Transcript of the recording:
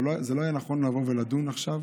אבל זה לא היה נכון לדון עכשיו